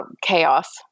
chaos